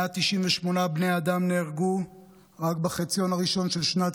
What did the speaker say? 198 בני אדם נהרגו רק בחצי הראשון של שנת